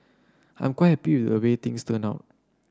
I'm quite happy a way things turned out